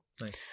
Nice